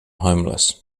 homeless